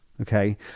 Okay